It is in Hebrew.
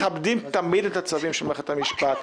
מכבדים תמיד את הצווים של מערכת המשפט,